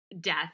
death